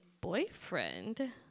boyfriend